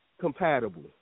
compatible